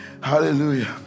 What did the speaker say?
Hallelujah